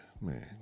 man